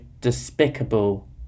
despicable